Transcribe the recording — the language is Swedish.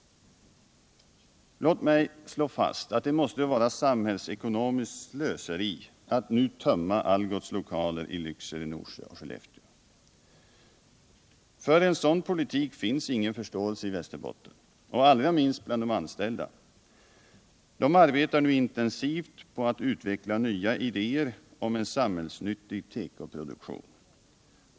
Låt mig slå fast att det måste vara samhällsekonomiskt slöseri att nu tömma Algots lokaler i Lycksele, Norsjö och Skellefteå. För en sådan politik finns det ingen förståelse i Västerbotten, allra minst bland de anställda. De arbetar nu intensivt på att utveckla nya idéer om en samhällsnyttig tekoproduktion.